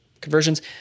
conversions